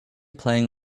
playing